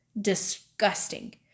Disgusting